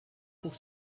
pour